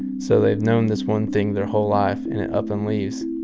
so they've known this one thing their whole life, and it up and leaves.